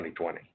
2020